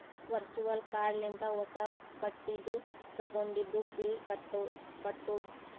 virtual card ಲಿಂತ ಹೊಸಾ ಬಟ್ಟಿದು ತಗೊಂಡಿದು ಬಿಲ್ ಕಟ್ಟುದ್